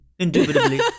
Indubitably